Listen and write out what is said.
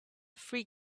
free